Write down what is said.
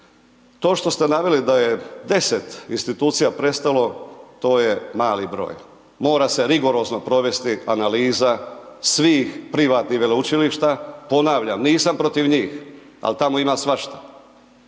To što ste naveli da je deset institucija prestalo, to je mali broj, mora se rigorozno provesti analiza svih privatnih veleučilišta, ponavljam nisam protiv njih, al' tamo ima svašta.